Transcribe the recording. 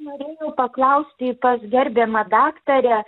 norėjau paklausti pas gerbiamą daktarę